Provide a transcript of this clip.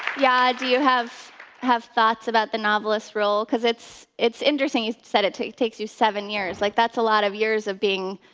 yaa, do you have have thoughts about the novelist's role? because it's it's interesting, you said it takes takes you seven years. like, that's a lot of years of being,